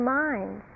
mind